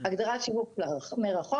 הגדרת שיווק מרחוק,